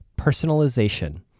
personalization